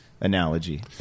analogy